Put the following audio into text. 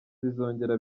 bizongera